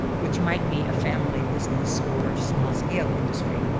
which might be a family business or small-scale industry,